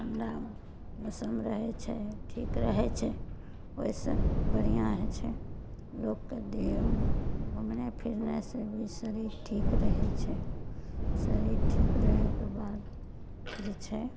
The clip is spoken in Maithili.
ठंडा मौसम रहैत छै ठीक रहैत छै ओहि से बढ़िआँ होइत छै लोगके देरमे घूमनाइ फिरनाइ से भी शरीर ठीक रहैत छै शरीर ठीक रहएके बाद जे छै